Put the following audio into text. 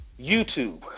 YouTube